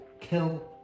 Kill